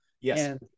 Yes